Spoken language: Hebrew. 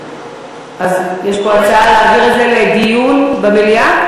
אז יש פה הצעה להעביר את זה לדיון במליאה?